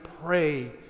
pray